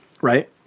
right